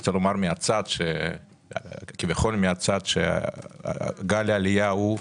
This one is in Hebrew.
רוצה לומר כביכול מהצד, שגל העלייה ההוא,